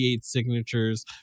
signatures